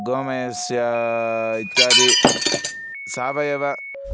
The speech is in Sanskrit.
गोमयस्य इत्यादि सावयवः